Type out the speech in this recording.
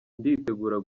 ndigutegura